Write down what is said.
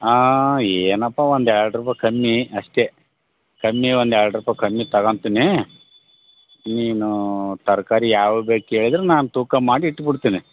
ಏನಪ್ಪ ಒಂದು ಎರಡು ರೂಪಾಯಿ ಕಮ್ಮಿ ಅಷ್ಟೇ ಕಮ್ಮಿ ಒಂದು ಎರಡು ರೂಪಾಯಿ ಕಮ್ಮಿ ತಗಂತೀನಿ ನೀನು ತರಕಾರಿ ಯಾವಾಗ ಬೇಕು ಹೇಳ್ದ್ರ್ ನಾನು ತೂಕ ಮಾಡಿ ಇಟ್ಬಿಡ್ತೀನಿ